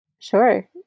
Sure